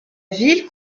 ville